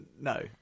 No